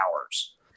hours